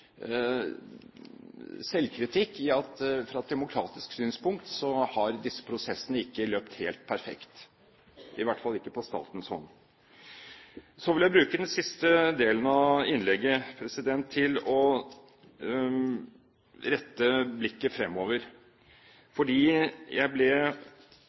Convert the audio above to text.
at disse prosessene fra et demokratisk synspunkt ikke har løpt helt perfekt – i hvert fall ikke på statens hånd. Så vil jeg bruke den siste delen av innlegget til å rette blikket fremover. Jeg ble